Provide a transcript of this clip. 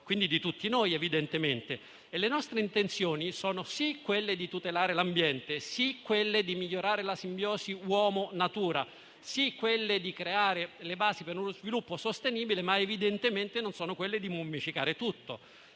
di tutti noi. Le nostre intenzioni sono sì quelle di tutelare l'ambiente, di migliorare la simbiosi tra uomo e natura e di creare le basi per uno sviluppo sostenibile, ma evidentemente non sono quelle di mummificare tutto.